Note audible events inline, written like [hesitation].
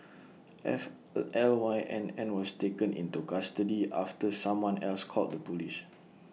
[noise] F [hesitation] LY N N was taken into custody after someone else called the Police